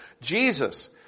Jesus